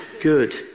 good